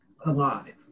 alive